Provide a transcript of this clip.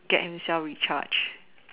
get himself recharged